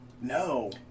No